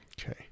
Okay